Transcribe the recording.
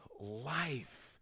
life